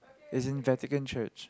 is in Vatican church